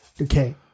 Okay